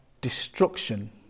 destruction